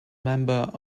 member